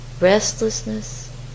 Restlessness